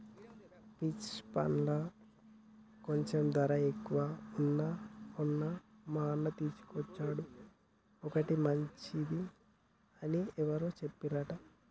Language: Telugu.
పీచ్ పండ్లు కొంచెం ధర ఎక్కువగా వున్నా మొన్న మా అన్న తీసుకొచ్చిండు ఒంటికి మంచిది అని ఎవరో చెప్పిండ్రంట